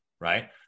right